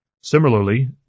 Similarly